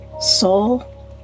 soul